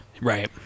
right